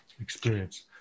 experience